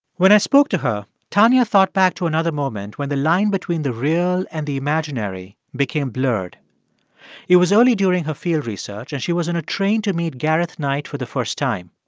when i spoke to her, tanya thought back to another moment when the line between the real and the imaginary became blurred it was early during her field research, and she was on a train to meet gareth knight for the first time.